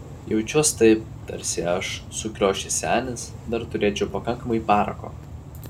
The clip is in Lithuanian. jaučiuosi taip tarsi aš sukriošęs senis dar turėčiau pakankamai parako